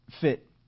fit